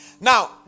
Now